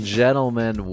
gentlemen